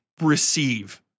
receive